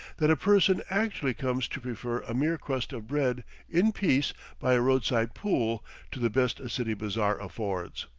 that a person actually comes to prefer a mere crust of bread in peace by a road-side pool to the best a city bazaar affords.